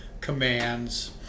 commands